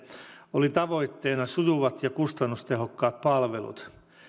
oli tavoitteena sujuvat ja kustannustehokkaat palvelut